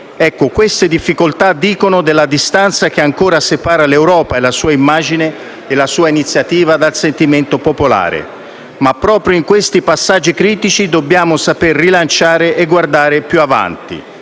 Queste difficoltà dicono della distanza che ancora separa l'Europa, la sua immagine e la sua iniziativa dal sentimento popolare. Ma è proprio in questi passaggi critici che dobbiamo saper rilanciare e guardare più avanti.